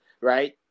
Right